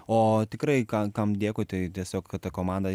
o tikrai ka kam dėkui tai tiesiog kad ta komanda